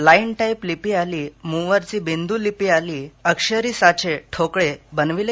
line type लिपी आली मुवरची बिंदू लिपी आली अक्षरी साचे ठोकळे बनवले